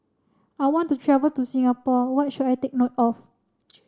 I want to travel to Singapore what should I take note of